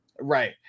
Right